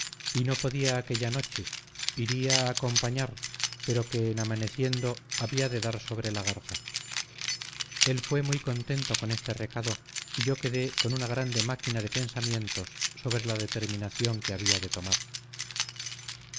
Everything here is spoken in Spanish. y no podía aquella noche iría a acompañar pero que en amaneciendo había de dar sobre la garza él fue muy contento con este recado y yo quedé con una grande máquina de pensamientos sobre la determinación que había de tomar